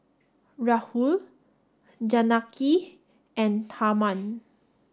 Rahul Janaki and Tharman